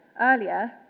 earlier